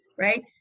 right